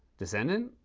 descendant,